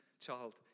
Child